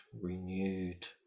renewed